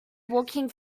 walking